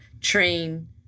train